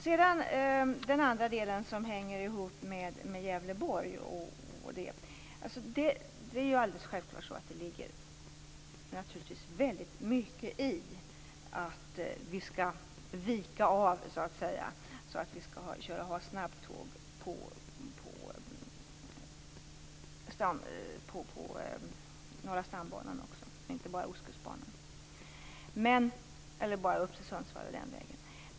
Sedan har vi den andra delen om trafiken i Gävleborg. Det ligger naturligtvis väldigt mycket i att vi skall vika av och ha snabbtåg även på Norra stambanan och inte bara upp till Sundsvall och den vägen.